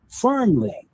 firmly